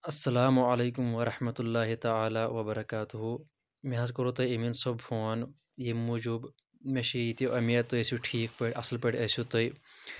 السلام علیکُم ورحمُلا اللہ تعالٰی وبرکاتہُ مےٚ حظ کوٚروٕ تۄہہِ امیٖن صٲب فون ییٚمہِ موٗجوٗب مےٚ چھُ ییٚتہِ اُمید تُہۍ ٲسِو ٹھیٖک پٲٹھۍ اَصٕل پٲٹھۍ ٲسِو تُہۍ